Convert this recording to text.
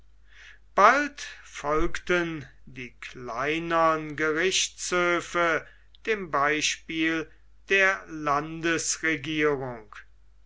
bald folgten die kleinern gerichtshöfe dem beispiel der landesregierung